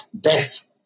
death